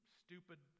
stupid